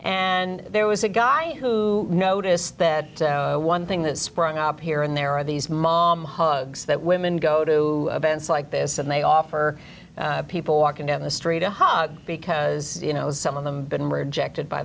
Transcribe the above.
and there was a guy who i noticed that one thing that sprung up here and there are these mom hugs that women go to busy events like this and they offer people busy walking down the street a hug because you know some of them been rejected by